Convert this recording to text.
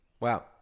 Wow